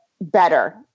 better